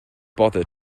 bother